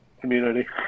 community